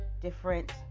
different